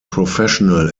professional